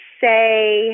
say